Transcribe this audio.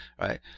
right